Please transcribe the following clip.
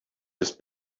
his